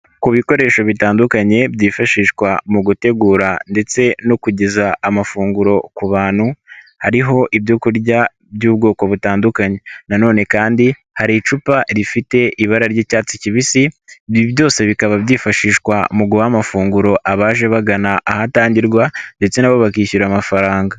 Ku bikoresho bitandukanye byifashishwa mu gutegura ndetse no kugeza amafunguro ku bantu, hariho ibyo kurya by'ubwoko butandukanye na none kandi hari icupa rifite ibara ry'icyatsi kibisi, ibi byose bikaba byifashishwa mu guha amafunguro abaje bagana ahatangirwa ndetse na bo bakishyura amafaranga.